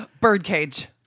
Birdcage